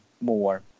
more